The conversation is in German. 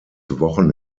wochen